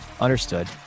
Understood